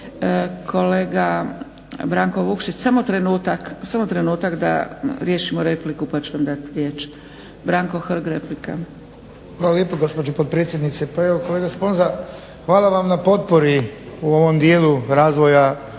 hvala vam na potpori u ovom dijelu razvoja